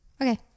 Okay